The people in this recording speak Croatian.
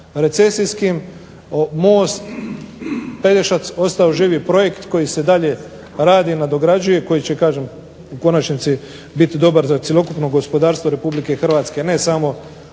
recesijskim most Pelješac ostao živi projekt koji se dalje radi i nadograđuje i koji će kažem u konačnici biti dobro za cjelokupno gospodarstvo RH ne samo